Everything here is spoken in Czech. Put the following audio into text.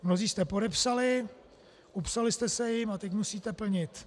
Mnozí jste podepsali, upsali jste se jim, a teď musíte plnit.